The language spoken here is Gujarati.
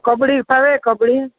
કબડ્ડી ફાવે કબડ્ડી